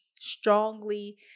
strongly